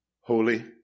holy